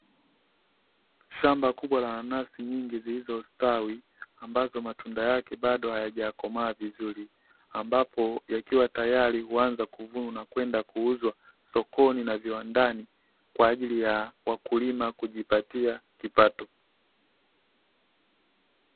Shamba kubwa la nanasi nyingi zilizostawi ,ambazo matunda yake hayajakomaa vizuri ambapo yakiwa tayari huanza kuvunwa na kuuzwa sokoni na viwandani kwaajili ya wakulima kujipatia kipato .